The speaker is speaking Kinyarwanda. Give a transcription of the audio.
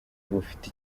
bufite